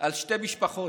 על שתי משפחות,